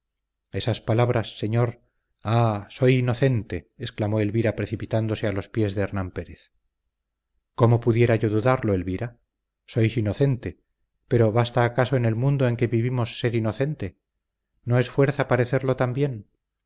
esas palabras señor ah soy inocente exclamó elvira precipitándose a los pies de hernán pérez cómo pudiera yo dudarlo elvira sois inocente pero basta acaso en el mundo en que vivimos ser inocente no es fuerza parecerlo también